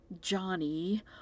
Johnny